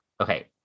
okay